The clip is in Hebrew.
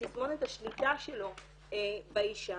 תסמונת השליטה שלו באישה.